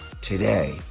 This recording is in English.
today